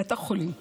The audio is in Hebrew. לבית החולים.